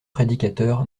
prédicateur